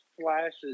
flashes